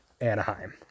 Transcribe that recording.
Anaheim